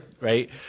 right